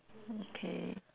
okay